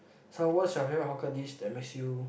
so what's your favourite hawker dish that makes you